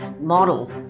model